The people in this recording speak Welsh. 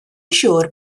siŵr